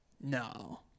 No